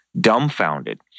dumbfounded